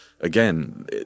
again